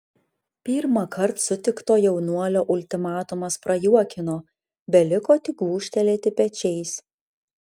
pirmąkart sutikto jaunuolio ultimatumas prajuokino beliko tik gūžtelėti pečiais